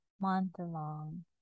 month-long